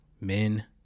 Men